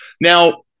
Now